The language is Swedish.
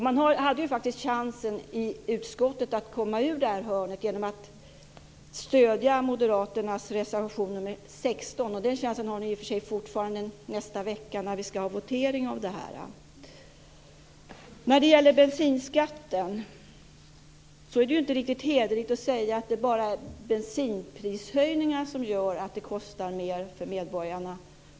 Man hade chansen i utskottet att komma ur detta hörn genom att stödja moderaternas reservation nr 16. Den chansen har ni i och för sig fortfarande vid voteringen nästa vecka. Det är inte riktigt hederligt att säga att det bara är bensinprishöjningen som gör att det kostar mer för medborgarna.